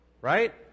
right